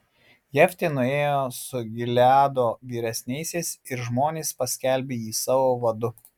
jeftė nuėjo su gileado vyresniaisiais ir žmonės paskelbė jį savo vadu